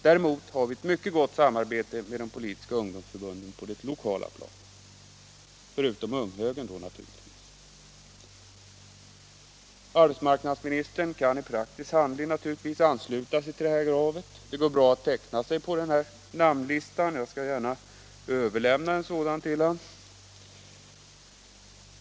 Däremot har vi ett mycket gott samarbete med de politiska ungdomsförbunden på det lokala planet — utom unghögern naturligtvis. Arbetsmarknadsministern kan givetvis i praktisk handling ansluta sig till det här kravet. Det går bra att teckna sig på namnlistan; jag skall gärna överlämna en sådan till honom.